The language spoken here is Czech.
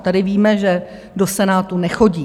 Tady víme, že do Senátu nechodí.